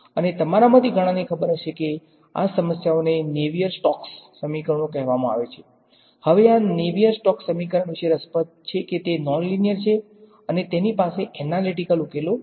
અને તમારા માંથી ઘણાને ખબર હશે કે આ સમીકરણોને નેવીયર સ્ટોક્સ ઉકેલો નથી